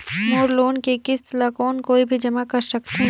मोर loan के किस्त ल कौन कोई भी जमा कर सकथे?